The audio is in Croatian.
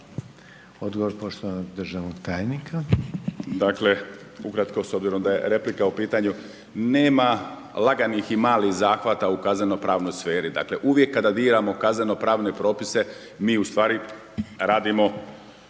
Odgovor poštovanog državnog tajnika.